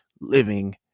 living